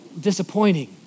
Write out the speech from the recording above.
disappointing